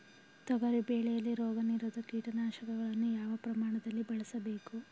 ತೊಗರಿ ಬೆಳೆಯಲ್ಲಿ ರೋಗನಿರೋಧ ಕೀಟನಾಶಕಗಳನ್ನು ಯಾವ ಪ್ರಮಾಣದಲ್ಲಿ ಬಳಸಬೇಕು?